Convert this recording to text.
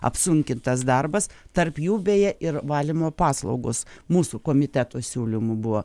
apsunkintas darbas tarp jų beje ir valymo paslaugos mūsų komiteto siūlymu buvo